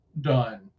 done